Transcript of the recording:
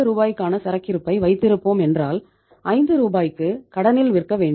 70 கான சரக்கிருப்பை வைத்திருப்போம் என்றால் ஐந்து ரூபாய்க்கு கடனில் விற்கவேண்டும்